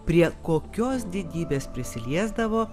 prie kokios didybės prisiliesdavo